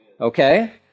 Okay